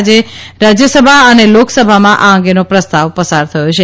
આજે રાજ્યસભા અને લોકસભામાં આ અંગેનો પ્રસ્તાષ્ટાસાર થયો છે